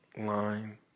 line